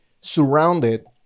surrounded